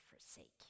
forsake